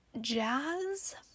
jazz